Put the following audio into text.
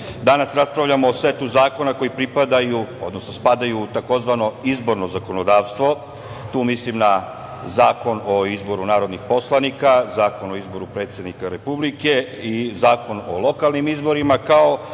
danas raspravljamo o setu zakona koji pripadaju, odnosno spadaju u tzv. izborno zakonodavstvo. Tu mislim na Zakon o izboru narodnih poslanika, Zakon o izboru predsednika Republike i Zakon o lokalnim izborima, kao